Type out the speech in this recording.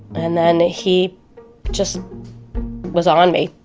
and then he just was on me,